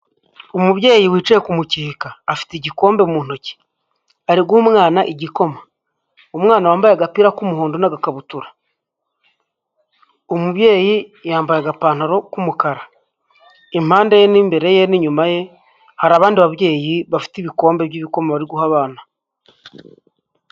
Umubyeyi wicaye kumukeka afite igikombe mu ntoki, ari guha umwana igikoma. Umwana wambaye agapira k'umuhondo n'agakabutura. Umubyeyi yambaye agapantaro k'umukara impande ye n'inyuma ye hari abandi babyeyi bafite ibikombe by'ibikoma bari guha abana.